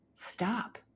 stop